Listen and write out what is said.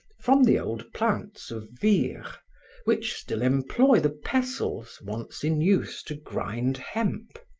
from the old plants of vire which still employ the pestles once in use to grind hemp.